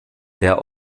der